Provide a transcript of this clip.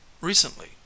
Recently